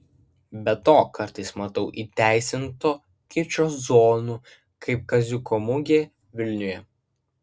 be to kartais matau įteisinto kičo zonų kaip kaziuko mugė vilniuje